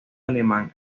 alemán